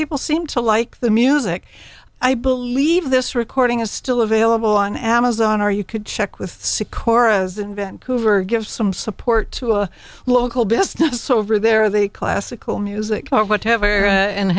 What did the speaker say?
people seem to like the music i believe this recording is still available on amazon or you could check with sykora as invent coover give some support to a local business over there the classical music or whatever and